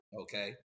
Okay